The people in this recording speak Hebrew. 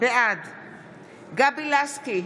בעד גבי לסקי,